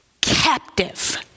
captive